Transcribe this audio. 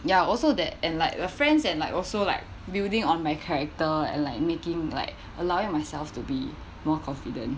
there are also that and like a friends and like also like building on my character and like making like allowing myself to be more confident